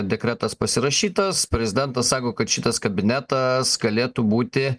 dekretas pasirašytas prezidentas sako kad šitas kabinetas galėtų būti